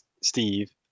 Steve